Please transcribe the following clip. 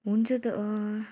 हुन्छ त